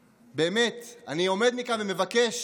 באמת, אני עומד כאן ומבקש